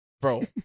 Bro